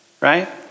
right